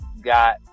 got